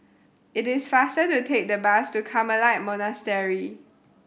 it is faster to take the bus to Carmelite Monastery